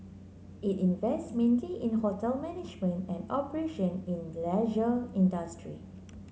it invests mainly in hotel management and operation in the leisure industry